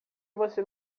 você